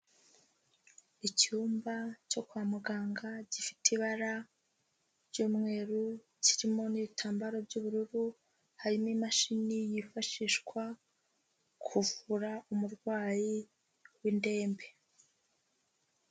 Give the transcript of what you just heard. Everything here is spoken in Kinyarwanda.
Icyumba cyo kwa muganga gifite ibara ry'umweru, kirimo n'ibitambaro by'ubururu, harimo imashini yifashishwa kuvura umurwayi w'indembe.